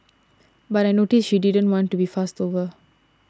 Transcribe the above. but I noticed she didn't want to be fussed over